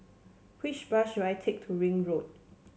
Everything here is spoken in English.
which bus should I take to Ring Road